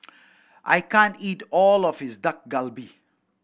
I can't eat all of is Dak Galbi